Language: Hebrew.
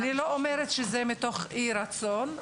אני לא אומרת שזה מתוך אי רצון.